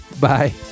Bye